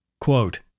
quote